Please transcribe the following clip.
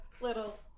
little